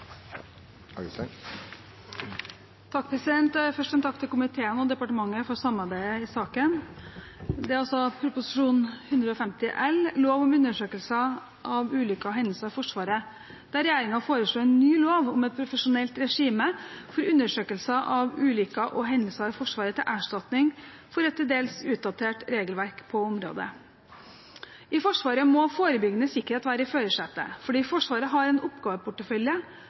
der regjeringen foreslår en ny lov om et profesjonelt regime for undersøkelser av ulykker og hendelser i Forsvaret til erstatning for et til dels utdatert regelverk på området. I Forsvaret må forebyggende sikkerhet være i førersetet fordi Forsvaret har en oppgaveportefølje